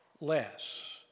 less